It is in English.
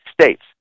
states